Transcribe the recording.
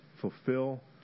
fulfill